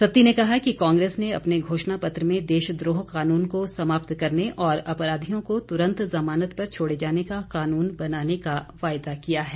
सत्ती ने कहा कि कांग्रेस ने अपने घोषणा पत्र में देशद्रोह कानून को समाप्त करने और अपराधियों को तुरंत जमानत पर छोडे जाने का कानून बनाने का वायदा किया है